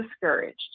discouraged